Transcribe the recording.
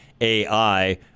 AI